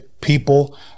people